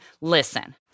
Listen